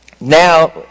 now